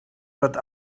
wird